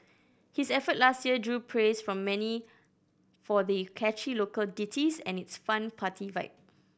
his effort last year drew praise from many for the catchy local ditties and its fun party vibe